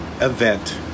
event